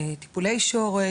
טיפולי שורש,